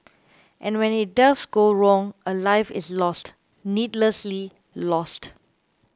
and when it does go wrong a life is lost needlessly lost